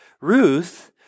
Ruth